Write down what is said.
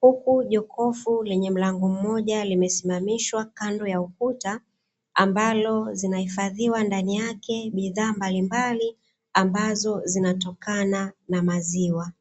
huku jokofu lenye mlango mmoja limesimamishwa kando ya ukuta, ambalo zinahifadhiwa ndani yake bidhaa mbalimbali ambazo zinatokana na maziwa.